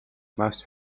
most